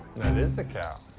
that is the cow.